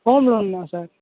home loan தான் sir